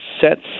sets